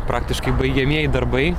praktiškai baigiamieji darbai